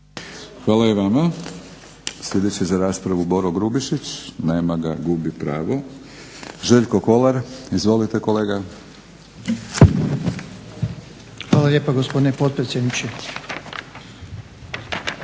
Hvala i vama. Sljedeći za raspravu Boro Grubišić. Nema ga, gubi pravo. Željko Kolar. Izvolite kolega. **Kolar, Željko (SDP)** Hvala lijepa gospodine potpredsjedniče.